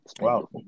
Wow